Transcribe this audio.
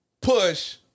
push